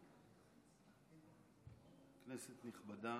כנסת נכבדה,